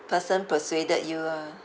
person persuaded you ah